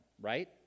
right